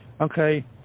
Okay